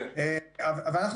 אנחנו,